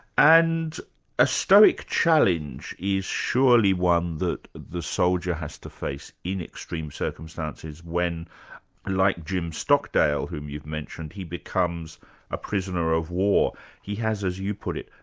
and a stoic challenge is surely one that the soldier has to face in extreme circumstances when like jim stockdale whom you've mentioned, he becomes a prisoner-of-war. he has, as you put it,